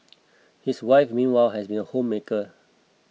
his wife meanwhile has been a homemaker